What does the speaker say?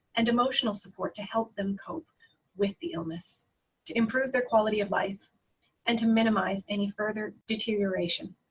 and emotional support, to help them cope with the illness to improve their quality of life and to minimize any further deterioration.